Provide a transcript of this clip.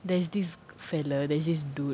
there's this fellow there's this dude